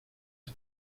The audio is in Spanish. has